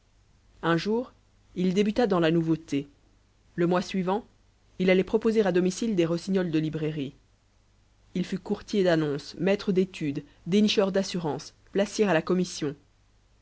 un jour il débuta dans la nouveauté le mois suivant il allait proposer à domicile des rossignols de librairie il fut courtier d'annonces maître d'études dénicheur d'assurances placier à la commission